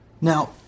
Now